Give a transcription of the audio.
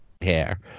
hair